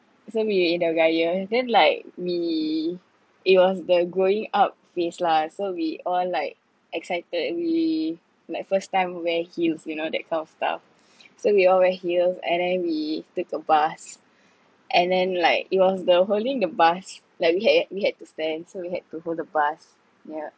so we end up raya then like we it was the growing up phase lah so we all like excited we like first time wear heels you know that kind of stuff so we all wear heels and then we took a bus and then like it was the holding the bus like we had we had to stand so we had to hold the bus yeah